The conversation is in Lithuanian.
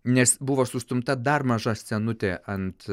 nes buvo sustumta dar maža scenutė ant